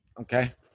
okay